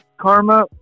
Karma